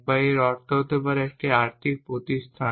বা এর অর্থ হতে পারে একটি আর্থিক প্রতিষ্ঠান